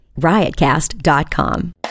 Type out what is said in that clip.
riotcast.com